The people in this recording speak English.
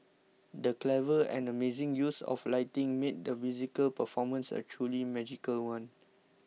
the clever and amazing use of lighting made the musical performance a truly magical one